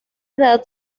edad